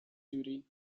duty